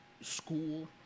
school